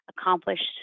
accomplished